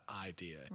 idea